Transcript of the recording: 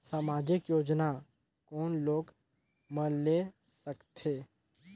समाजिक योजना कोन लोग मन ले सकथे?